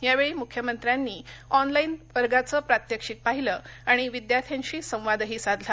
यावेळी मुख्यमंत्र्यांनी ऑनलाईन वर्गाचं प्रात्यक्षिक पाहिलं आणि विद्यार्थ्यांशी संवादही साधला